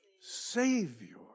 Savior